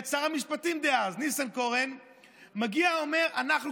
שר המשפטים דאז ניסנקורן מגיע ואומר: אנחנו,